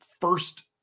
first